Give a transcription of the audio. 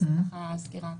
זו הסקירה הכללית.